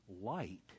light